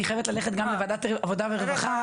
חייבת ללכת גם לוועדת העבודה והרווחה,